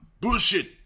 Bullshit